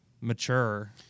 mature